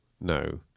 no